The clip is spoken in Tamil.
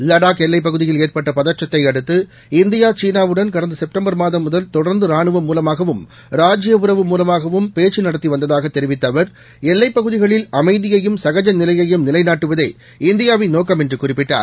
லடாக் எல்லைப் பகுதியில் ஏற்பட்டபதற்றத்தைஅடுத்து இந்தியாசீனாவுடன் கடந்தசெப்டம்பர் மாதம் ராஜ்ஜீய தொடர்ந்தராணுவம் மூலமாகவும் உறவு மூலமாகவம் முதல் பேச்சுநடத்திநடத்திவந்ததாகதெரிவித்தஅவர் எல்லைப்பகுதிகளில் அமைதியையும் சகஐநிலையும் நிலைநாட்டுவதே இந்தியாவின் நோக்கம் என்றுகுறிப்பிட்டார்